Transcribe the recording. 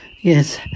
Yes